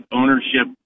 ownership